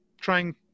trying